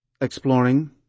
exploring